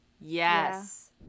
Yes